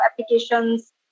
applications